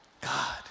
God